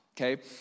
Okay